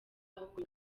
ahubwo